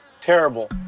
terrible